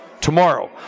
tomorrow